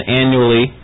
annually